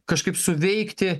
kažkaip suveikti